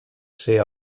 ser